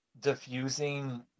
diffusing